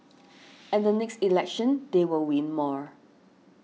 and the next election they will win more